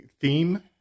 theme